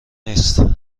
نیست